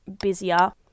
busier